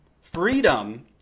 freedom